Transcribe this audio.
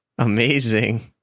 Amazing